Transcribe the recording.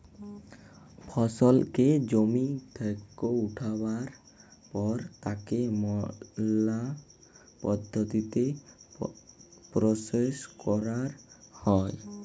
ফসলকে জমি থেক্যে উঠাবার পর তাকে ম্যালা পদ্ধতিতে প্রসেস ক্যরা হ্যয়